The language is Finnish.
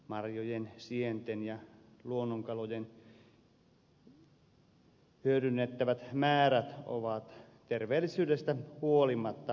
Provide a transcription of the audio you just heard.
marjojen sienten ja luonnonkalojen hyödynnettävät määrät ovat terveellisyydestä huolimatta laskemaan päin